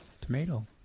tomato